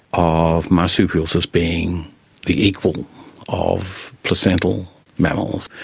of marsupials as being the equal of placental mammals.